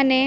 અને